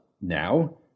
Now